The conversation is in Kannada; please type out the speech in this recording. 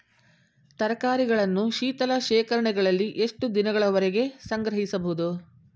ತರಕಾರಿಗಳನ್ನು ಶೀತಲ ಶೇಖರಣೆಗಳಲ್ಲಿ ಎಷ್ಟು ದಿನಗಳವರೆಗೆ ಸಂಗ್ರಹಿಸಬಹುದು?